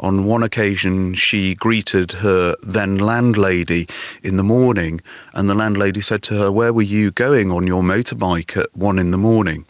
on one occasion she greeted her then landlady in the morning and the landlady said to her, where were you going on your motorbike at one in the morning